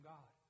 God